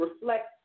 reflect